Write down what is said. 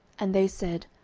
and they said,